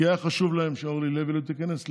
כי היה חשוב להם שאורלי לוי לא תיכנס.